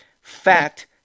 Fact